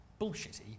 bullshitty